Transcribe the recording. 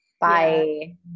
Bye